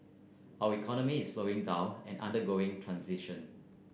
our economy is slowing down and undergoing transition